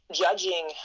judging